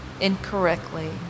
incorrectly